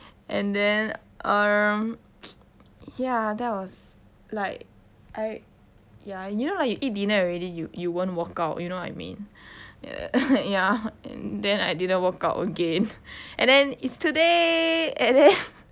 and then um ya that was like I ya you know lah you eat dinner already you you won't work out you know I mean ya ya then I didn't work out again and then it's today and then